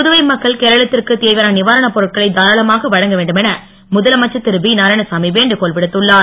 புதுவை மக்கள் கேரளத்திற்கு தேவையான நிவாரணப் பொருட்களை தாராளமாக வழங்க வேண்டுமென முதலமைச்சர் திரு வி நாராயணசாமி வேண்டுகோள் விடுத்துள்ளார்